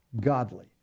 godly